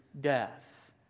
death